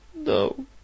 no